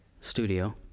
Studio